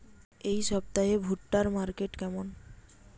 এই সপ্তাহে ভুট্টার মার্কেট কেমন?